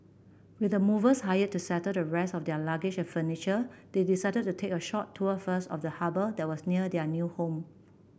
with the movers hired to settle the rest of their luggage and furniture they decided to take a short tour first of the harbour that was near their new home